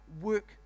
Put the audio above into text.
work